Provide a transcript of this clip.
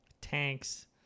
Tanks